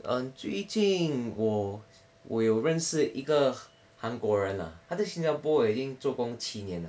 嗯最近我我有认识一个韩国人啊他在新加坡已经做工七年 liao 了